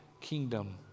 kingdom